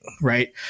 right